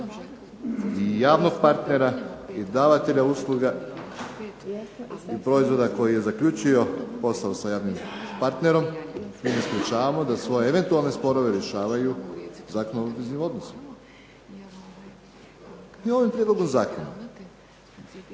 ni javnog partnera ni davatelja usluga i proizvoda koji je zaključio posao sa javnim partnerom i mi ne sprječavamo da svoje eventualne sporove rješavaju Zakonom o obveznim odnosima. Mi ovim prijedlogom zakona